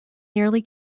nearly